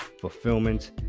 fulfillment